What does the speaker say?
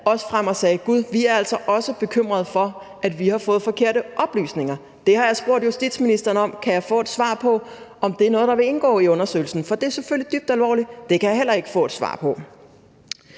også frem og sagde: Gud, vi er altså også bekymrede for, at vi har fået forkerte oplysninger. Det har jeg spurgt justitsministeren om: Kan jeg få et svar på, om det er noget, der vil indgå i undersøgelsen? For det er selvfølgelig dybt alvorligt. Det kan jeg heller ikke få et svar på.